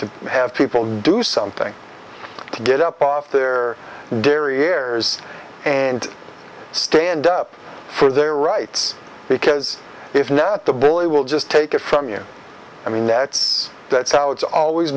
to have people do something to get up off their derrieres and stand up for their rights because if now that the bully will just take it from you i mean that's that's how it's always